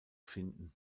finden